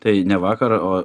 tai ne vakar o